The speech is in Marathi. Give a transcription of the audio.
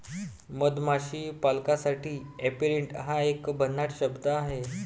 मधमाशी पालकासाठी ऍपेरिट हा एक भन्नाट शब्द आहे